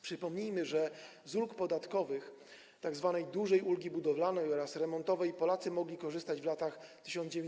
Przypomnijmy, że z ulg podatkowych, tzw. dużej ulgi budowlanej oraz remontowej, Polacy mogli korzystać w latach 1997–2001.